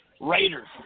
Raiders